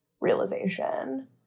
realization